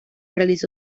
realizó